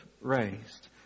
raised